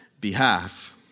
behalf